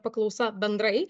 paklausa bendrai